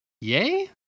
yay